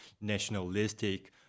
nationalistic